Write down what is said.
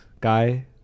guy